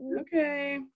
Okay